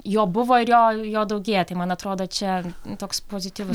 jo buvo ir jo jo daugėja tai man atrodo čia toks pozityvus